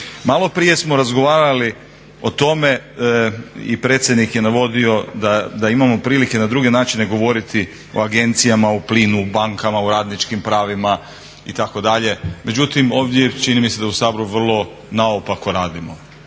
Malo prije smo razgovarali o tome i predsjednik je navodio da imamo prilike na druge načine govoriti o agencijama, o plinu, bankama, o radničkim pravima itd., međutim ovdje čini mi se da u Saboru vrlo naopako radimo.